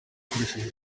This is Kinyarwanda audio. yakoresheje